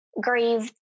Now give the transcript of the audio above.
grieve